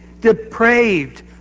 depraved